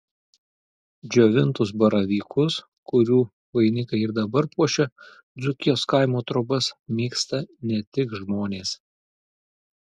džiovintus baravykus kurių vainikai ir dabar puošia dzūkijos kaimo trobas mėgsta ne tik žmonės